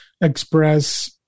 express